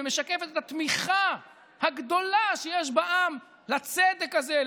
ומשקפת את התמיכה הגדולה שיש בעם לצדק הזה,